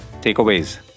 Takeaways